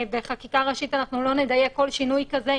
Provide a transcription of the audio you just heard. בחקיקה ראשית אנחנו לא נדייק כל שינוי כזה.